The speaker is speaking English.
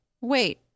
wait